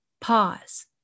Pause